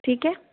ठीक है